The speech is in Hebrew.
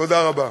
תודה רבה.